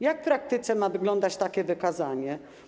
Jak w praktyce ma wyglądać takie wykazanie?